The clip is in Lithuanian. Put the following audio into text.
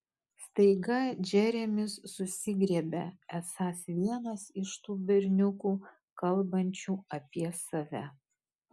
staiga džeremis susigriebia esąs vienas iš tų berniukų kalbančių apie save